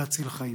להציל חיים.